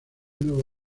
nuevo